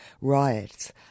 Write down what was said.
riots